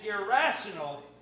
irrational